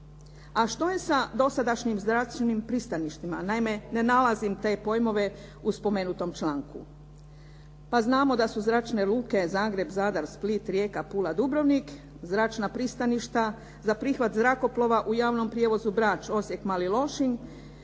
A što je sa dosadašnjim zračnim pristaništima? Naime ne nalazim te pojmove u spomenutom članku. Pa znamo da su Zračne luke Zagreb, Zadar, Split, Rijeka, Pula, Dubrovnik zračna pristaništa za prihvat zrakoplova u javnom prijevozu Brač, Osijek, Mali Lošinj,